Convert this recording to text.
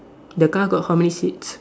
the car got how many seats